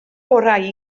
orau